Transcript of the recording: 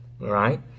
right